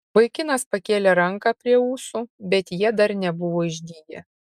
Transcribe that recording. vaikinas pakėlė ranką prie ūsų bet jie dar nebuvo išdygę